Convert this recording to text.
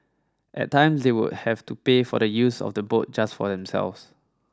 at times they would have to pay for the use of the boat just for themselves